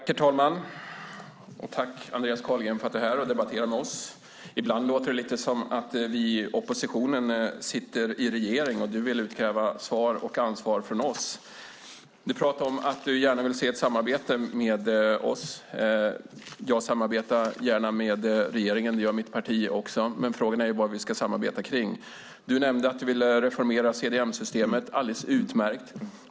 Herr talman! Tack, Andreas Carlgren, för att du är i kammaren och debatterar med oss. Ibland låter det som om vi i oppositionen sitter i regeringen och du vill utkräva svar och ansvar av oss. Du säger att du gärna vill se ett samarbete med oss. Jag samarbetar gärna med regeringen. Det gör mitt parti också. Frågan är bara vad vi ska samarbeta om. Du nämnde att du vill reformera CDM-systemet. Det är alldeles utmärkt.